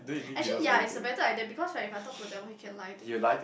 actually ya is a better idea because right if I talk to a devil he can lie to me what